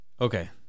Okay